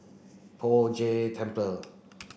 Poh Jay Temple